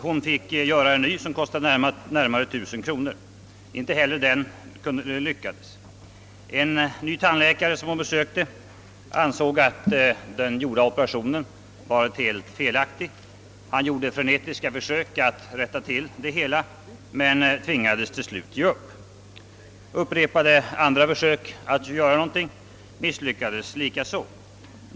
Hon fick göra en ny, som kostade närmare 1000 kronor. Inte heller den operationen lyckades. En annan tandläkare, som hon därefter besökte, ansåg att de gjorda operationerna varit helt felaktigt utförda. Han gjor de frenetiska försök att rätta till det hela men tvingades till slut ge upp. Upprepade andra försök att göra någonting misslyckades likaså.